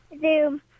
Zoom